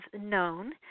known